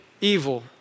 evil